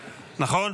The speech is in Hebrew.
כן.